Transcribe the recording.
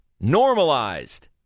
normalized